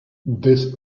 this